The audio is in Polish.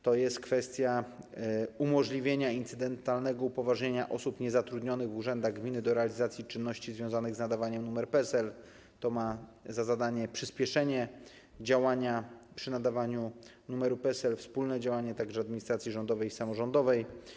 To kwestia umożliwienia incydentalnego upoważnienia osób niezatrudnionych w urzędach gminy do realizacji czynności związanych z nadawaniem numeru PESEL; to ma za zadanie przyspieszenie działania przy nadawaniu numeru PESEL; to także wspólne działanie administracji rządowej i samorządowej.